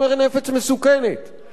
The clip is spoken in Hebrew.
אבל כשיש חבית חומר נפץ,